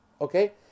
Okay